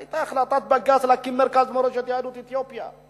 היתה החלטת בג"ץ להקים מרכז מורשת יהודי אתיופיה.